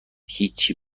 هیچی